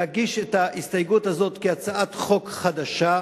להגיש את ההסתייגות הזאת כהצעת חוק חדשה.